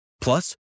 Plus